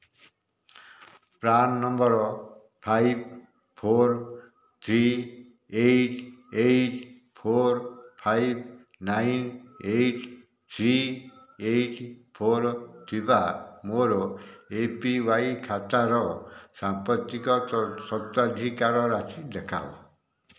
PRAN number five four three eight eight four five nine eight three eight four ଥିବା ମୋର A P Y ଖାତାର ସାମ୍ପ୍ରତିକ ସ୍ୱତ୍ୱାଧିକାର ରାଶି ଦେଖାଅ